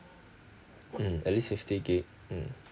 mm at least fifty gig mm